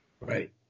Right